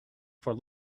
for